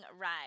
ride